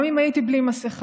גם אם הייתי בלי מסכה,